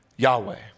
Yahweh